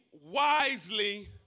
wisely